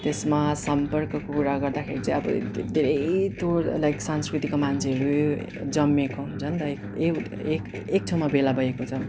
त्यसमा सम्पर्कको कुरा गर्दाखेरि चाहिँ अब धेरै त्यो लाइक संस्कृतिको मान्छेहरू जम्मिएको हुन्छ नि त एक ठाउँमा भेला भएको छ